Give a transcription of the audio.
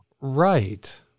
Right